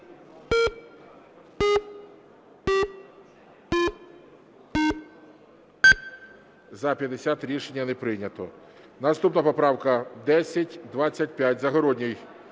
За-50 Рішення не прийнято. Наступна поправка 1025.